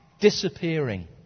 disappearing